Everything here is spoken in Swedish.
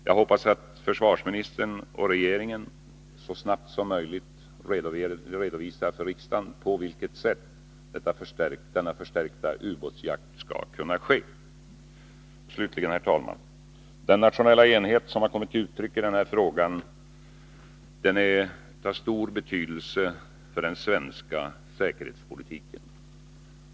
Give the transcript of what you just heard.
Jag hoppas att försvarsministern och regeringen så snart som möjligt redovisar för riksdagen på vilket sätt denna förstärkta ubåtsjakt skall kunna ske. Slutligen, herr talman! Den nationella enighet som har kommit till uttryck i denna fråga är av stor betydelse för den svenska säkerhetspolitiken.